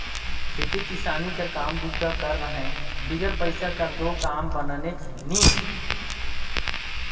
खेती किसानी कर काम बूता कर रहें बिगर पइसा कर दो काम बननेच नी हे